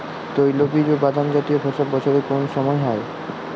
তৈলবীজ ও বাদামজাতীয় ফসল বছরের কোন সময় হয়?